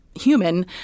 human